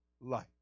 life